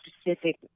specific